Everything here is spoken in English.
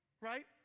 Right